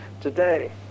today